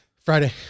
Friday